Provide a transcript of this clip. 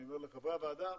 אני אומר לחברי הוועדה,